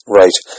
right